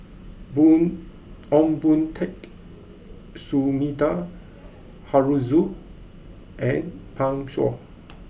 Boon Ong Boon Tat Sumida Haruzo and Pan Shou